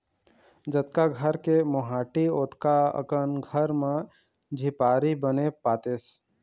जतका घर के मोहाटी ओतका अकन घर म झिपारी बने पातेस